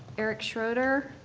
eric schroeder,